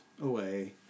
away